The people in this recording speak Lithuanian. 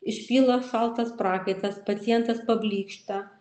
išpyla šaltas prakaitas pacientas pablykšta